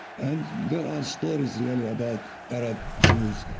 and there are stories, really, about arab jews,